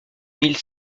mille